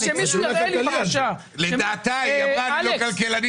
היא אמרה שהיא לא כלכלנית.